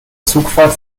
zugfahrt